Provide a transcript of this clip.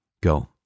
go